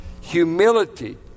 Humility